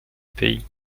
pays